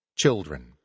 CHILDREN